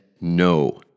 no